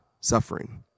suffering